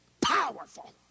powerful